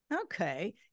okay